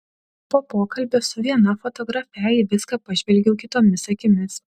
po pokalbio su viena fotografe į viską pažvelgiau kitomis akimis